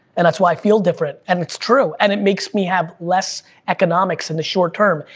and that's why i feel different, and it's true and it makes me have less economics in the short-term,